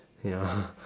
ya